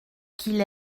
qu’il